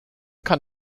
kann